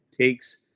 takes